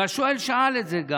והשואל שאל גם את זה,